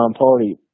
Party